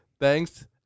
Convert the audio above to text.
thanks